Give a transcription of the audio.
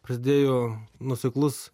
prasidėjo nuoseklus